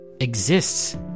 exists